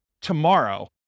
tomorrow